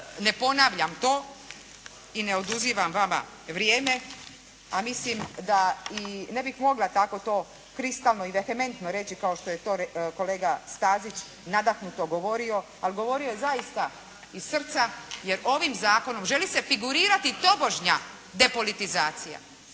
ne ponavljam to i ne oduzimam vama vrijeme, a mislim da i ne bih mogla tako to kristalno i vehementno reći kao što je to kolega Stazić nadahnuto govorio, ali govorio je zaista iz srca, jer ovim zakonom želi se figurirati tobožnja depolitizacije.